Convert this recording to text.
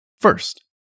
First